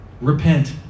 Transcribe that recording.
Repent